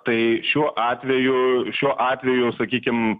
tai šiuo atveju šio atvejo sakykim